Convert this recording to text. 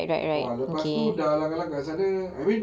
ah lepas tu dah langgar langgar sana I mean